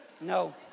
No